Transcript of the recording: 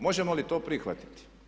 Možemo li to prihvatiti?